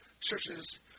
churches